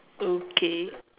okay